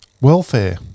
Welfare